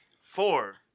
Four